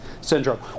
syndrome